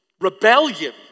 rebellion